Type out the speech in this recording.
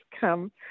come